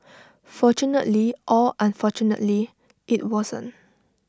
fortunately or unfortunately IT wasn't